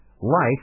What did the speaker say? life